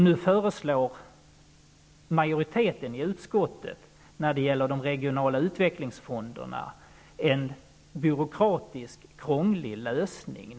Nu föreslår majoriteten i utskottet, när det gäller de regionala utvecklingsfonderna, en byråkratisk, krånglig lösning.